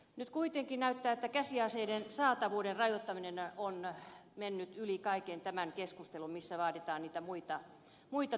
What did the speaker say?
nyt kuitenkin näyttää että käsiaseiden saatavuuden rajoittaminen on mennyt yli kaiken tämän keskustelun missä vaaditaan niitä muita toimenpiteitä